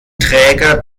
träger